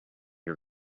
are